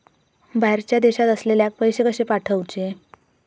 बाहेरच्या देशात असलेल्याक पैसे कसे पाठवचे?